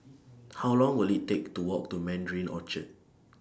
How Long Will IT Take to Walk to Mandarin Orchard